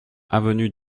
avenue